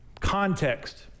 context